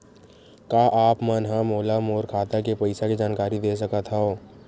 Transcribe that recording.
का आप मन ह मोला मोर खाता के पईसा के जानकारी दे सकथव?